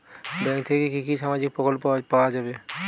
Bank থেকে কি কি সামাজিক প্রকল্প পাওয়া যাবে?